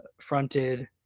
fronted